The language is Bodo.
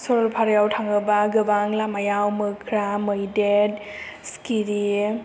सरलफारायाव थाङोबा गोबां लामायाव मोख्रा मैदेर सिखिरि